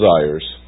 desires